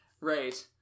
Right